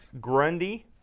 Grundy